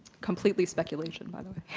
completely speculation, by the way.